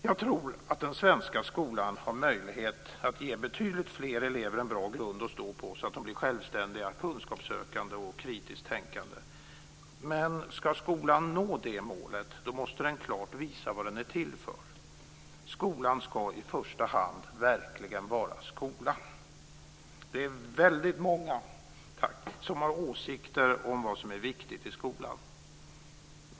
Jag tror att den svenska skolan har möjlighet att ge betydligt fler elever en bra grund att stå på så att de blir självständiga, kunskapssökande och kritiskt tänkande. Men ska skolan nå det målet måste den klart visa vad den är till för. Skolan ska i första hand verkligen vara skola. Det är väldigt många som har åsikter om vad som är viktigt i skolan.